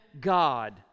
God